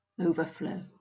overflow